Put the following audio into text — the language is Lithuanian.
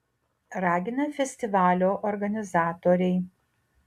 ragina festivalio organizatoriai